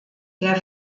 der